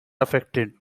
affected